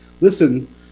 Listen